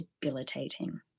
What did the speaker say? debilitating